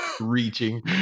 reaching